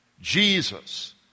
Jesus